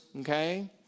okay